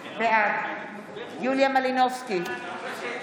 בעד יוליה מלינובסקי קונין,